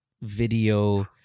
video